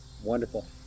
wonderful